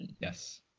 Yes